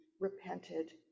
repented